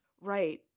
Right